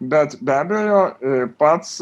bet be abejo pats